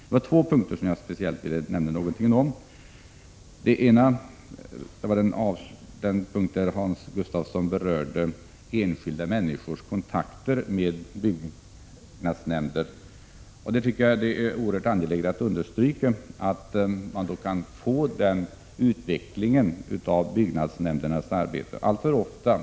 Jag vill kommentera bostadsministerns anförande på två punkter. Det gäller till att börja med enskilda människors kontakter med byggnadsnämnder. Det är oerhört angeläget att understryka vikten av att man kan åstadkomma den utveckling av byggnadsnämndernas arbete som Hans Gustafsson talade om.